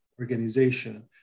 organization